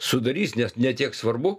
sudarys nes ne tiek svarbu